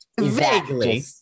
vaguely